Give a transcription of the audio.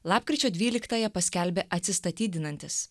lapkričio dvyliktąją paskelbė atsistatydinantis